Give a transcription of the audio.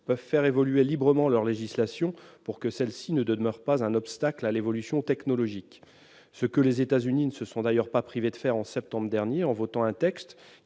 peuvent faire librement évoluer leur législation afin que celle-ci ne soit pas un obstacle à l'évolution technologique. Les États-Unis ne se sont d'ailleurs pas privés de le faire en septembre dernier, en votant un texte